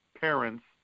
parents